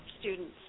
students